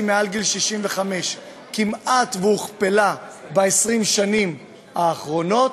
מעל גיל 65 כמעט הוכפלה ב-20 השנים האחרונות,